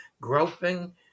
groping